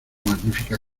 magnífica